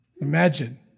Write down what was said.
Imagine